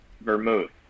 Vermouth